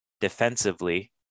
defensively